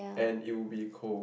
and it would be a cold